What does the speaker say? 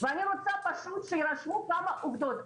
אני מבקשת שיירשמו כמה עובדות.